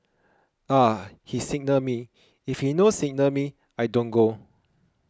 ah he signal me if he no signal me I don't go